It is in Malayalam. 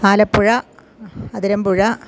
ആലപ്പുഴ അതിരമ്പുഴ